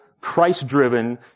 Christ-driven